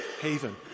Haven